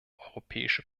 europäische